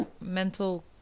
Mental